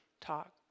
talk